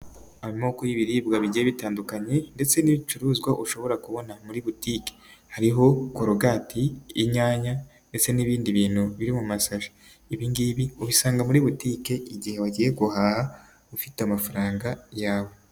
Amoko y'ibiribwa bigiye bitandukanye ndetse n'ibicuruzwa ushobora kubona muri butike, hariho korogati, inyanya ndetse n'ibindi bintu biri mu masashie, ibi ngibi ubisanga muri butike igihe wagiye guhaha ufite amafaranga yawe.